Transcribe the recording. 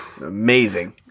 Amazing